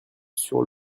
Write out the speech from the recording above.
sur